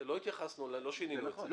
לא שינינו את זה.